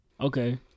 okay